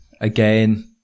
again